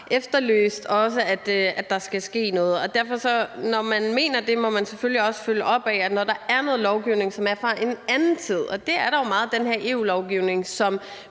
efterlyst, at der skal ske noget. Så når man mener det, må man derfor selvfølgelig også følge det op. Når der er noget lovgivning, som er fra en anden tid – og det er der jo meget af den her EU-lovgivning der